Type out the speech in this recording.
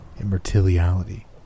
immortality